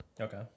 Okay